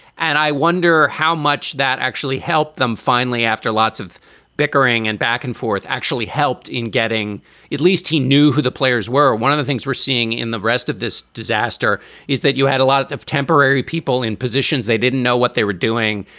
and i wonder how much that actually help them. finally, after lots of bickering and back and forth actually helped in getting at least he knew who the players were. one of the things we're seeing in the rest of this disaster is that you had a lot of temporary people in positions. they didn't know what they were doing,